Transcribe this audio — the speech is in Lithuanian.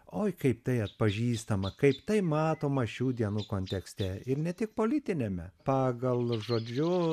oi kaip tai atpažįstama kaip tai matoma šių dienų kontekste ir ne tik politiniame pagal žodžiu